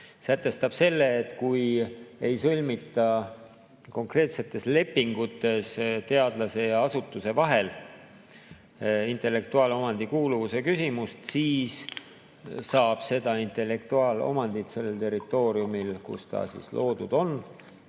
Sätestab selle, et kui ei sõlmita konkreetsetes lepingutes teadlase ja asutuse vahel intellektuaalomandi kuuluvuse küsimust, siis saab seda intellektuaalomandit sellel territooriumil, kus ta loodud on,